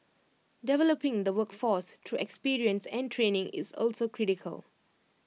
developing the workforce through experience and training is also critical